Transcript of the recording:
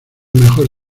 mejor